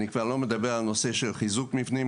אני כבר לא מדבר על נושא של חיזוק מבנים,